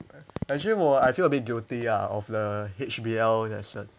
actually 我 I feel a bit guilty ah of the H_B_L lesson